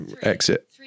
exit